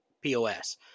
POS